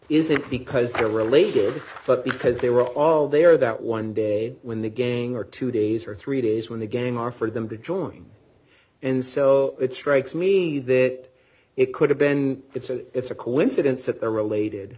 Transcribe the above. it because they're related but because they were all there that one day when the gang or two days d or three days when the game or for them to join in so it strikes me that it could have been it's a coincidence that they're related